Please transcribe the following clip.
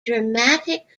dramatic